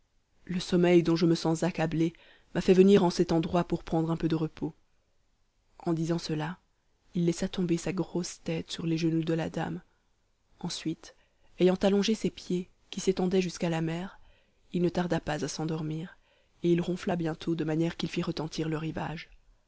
le sommeil dont je me sens accablé m'a fait venir en cet endroit pour prendre un peu de repos en disant cela il laissa tomber sa grosse tête sur les genoux de la dame ensuite ayant allongé ses pieds qui s'étendaient jusqu'à la mer il ne tarda pas à s'endormir et il ronfla bientôt de manière qu'il fit retentir le rivage